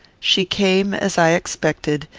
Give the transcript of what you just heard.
she came, as i expected,